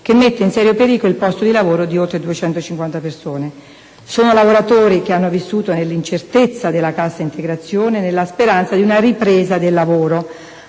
che mette in serio pericolo il posto di lavoro di oltre 250 persone. Sono lavoratori che hanno vissuto nell'incertezza della cassa integrazione e nella speranza di una ripresa del lavoro,